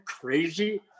crazy